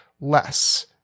less